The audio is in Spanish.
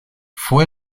fue